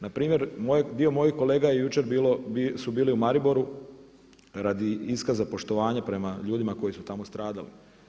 Npr. dio mojih kolega jučer su bili u Mariboru radi iskaza poštovanja prema ljudima koji su tamo stradali.